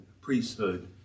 priesthood